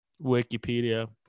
wikipedia